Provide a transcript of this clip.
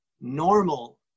normal